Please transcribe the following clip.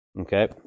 Okay